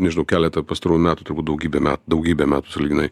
nežinau keletą pastarųjų metų turbūt daugybę me daugybę metų sąlyginai